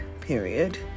Period